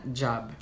job